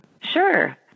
Sure